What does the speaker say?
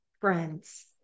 friends